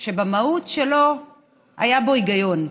שבמהות שלו היה בו היגיון,